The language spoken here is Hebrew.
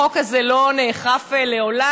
החוק הזה לא נאכף לעולם,